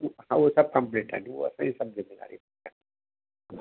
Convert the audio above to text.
हा उहे सभु कम्पलीट आहिनि उहे सभु असांजी ज़िमेदारी